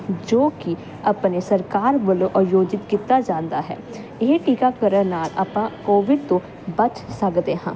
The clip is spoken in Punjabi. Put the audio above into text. ਜੋ ਕੀ ਆਪਣੇ ਸਰਕਾਰ ਵੱਲੋਂ ਆਯੋਜਿਤ ਕੀਤਾ ਜਾਂਦਾ ਹੈ ਇਹ ਟੀਕਾਕਰਨ ਨਾਲ ਆਪਾਂ ਕੋਵਿਡ ਤੋਂ ਬਚ ਸਕਦੇ ਹਾਂ